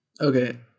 Okay